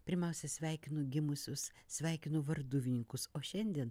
pirmiausia sveikinu gimusius sveikinu varduvininkus o šiandien